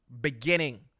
beginning